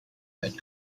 had